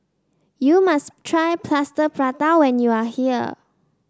you must try Plaster Prata when you are here